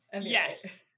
Yes